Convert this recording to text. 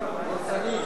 מי נמנע?